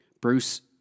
Bruce